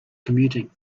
commuting